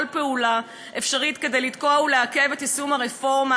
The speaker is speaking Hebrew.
פעולה אפשרית כדי לתקוע ולעכב את יישום הרפורמה,